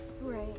Right